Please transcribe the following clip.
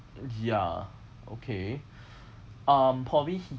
ya okay um probably he